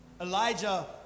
Elijah